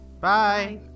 Bye